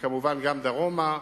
וכמובן גם דרומה,